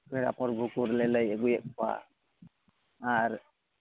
ᱯᱮᱲᱟ ᱯᱩᱨᱵᱩ ᱠᱟᱨᱮᱞᱮ ᱞᱟᱹᱭ ᱟᱹᱜᱩᱭᱮᱫ ᱠᱚᱣᱟ ᱟᱨ